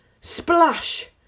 splash